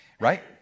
right